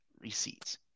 receipts